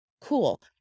Cool